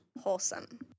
wholesome